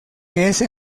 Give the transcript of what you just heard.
ese